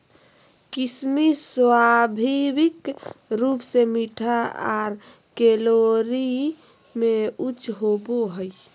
किशमिश स्वाभाविक रूप से मीठा आर कैलोरी में उच्च होवो हय